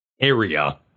area